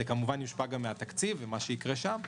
זה כמובן יושפע גם מהתקציב וממה שיקרה שם.